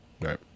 Right